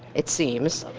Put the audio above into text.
it seems,